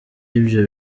ibyo